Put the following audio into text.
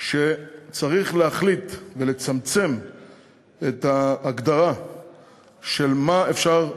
שצריך להחליט ולצמצם את ההגדרה של מה אפשר,